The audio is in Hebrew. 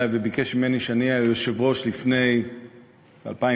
וביקש ממני שאני אהיה היושב-ראש לפני 2006,